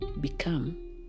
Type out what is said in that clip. become